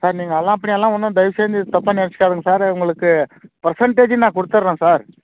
sir நீங்கள் அதெல்லாம் அப்படியெல்லாம் ஒன்றும் தயவுசெஞ்சு தப்பாக நினச்சிக்காதிங்க சார் உங்களுக்கு பெர்சண்டேஜ் நான் கொடுத்துடுற சார்